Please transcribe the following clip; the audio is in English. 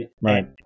Right